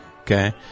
okay